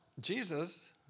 Jesus